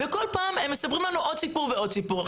וכל פעם הם מספרים לנו עוד סיפור ועוד סיפור.